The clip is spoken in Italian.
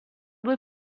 due